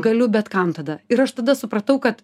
galiu bet kam tada ir aš tada supratau kad